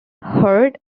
heart